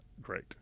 great